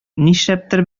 нишләптер